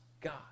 God